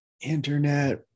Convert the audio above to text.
Internet